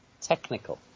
technical